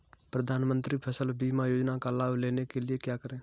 प्रधानमंत्री फसल बीमा योजना का लाभ लेने के लिए क्या करें?